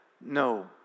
no